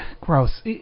gross